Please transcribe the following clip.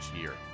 year